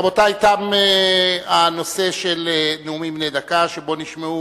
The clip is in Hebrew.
רבותי, תם הנושא של נאומים בני דקה, שבו נשמעו